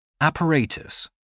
apparatus